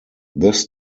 this